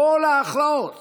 כל ההכרעות